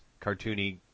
cartoony